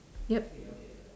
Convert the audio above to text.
yup